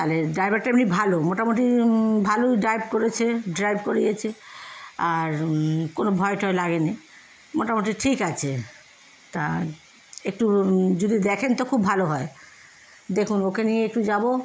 তাহলে ড্রাইভারটা এমনি ভালো মোটামুটি ভালোই ড্রাইভ করেছে ড্রাইভ করেছে আর কোনো ভয় টয় লাগেনি মোটামুটি ঠিক আছে তা একটু যদি দেখন তো খুব ভালো হয় দেখুন ওকে নিয়ে একটু যাব